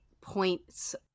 points